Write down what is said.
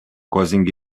causing